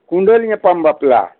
ᱠᱚᱸᱰᱟᱹᱞ ᱧᱟᱯᱟᱢ ᱵᱟᱯᱞᱟ